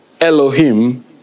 Elohim